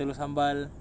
telur sambal